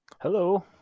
Hello